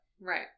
Right